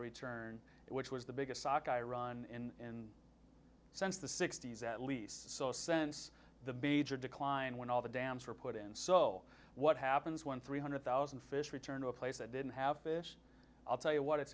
return which was the biggest sockeye run in since the sixty's at least so sense the beach or decline when all the dams were put in so what happens when three hundred thousand fish return to a place that didn't have fish i'll tell you what it's